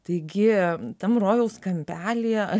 taigi tam rojaus kampelyje